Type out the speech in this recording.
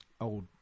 old